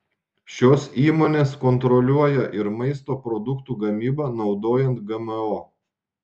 šios įmonės kontroliuoja ir maisto produktų gamybą naudojant gmo